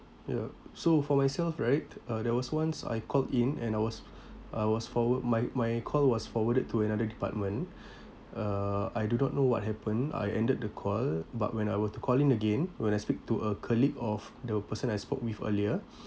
ya so for myself right uh there was once I called in and I was I was forward my my call was forwarded to another department uh I do not know what happened I ended the call but when I were to call in again when I speak to a colleague of the person I spoke with earlier